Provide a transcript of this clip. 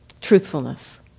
truthfulness